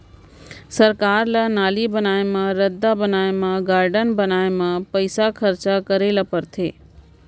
सरकार ल नाली बनाए म, रद्दा बनाए म, गारडन बनाए म पइसा खरचा करे ल परथे